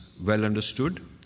well-understood